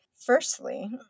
Firstly